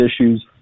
issues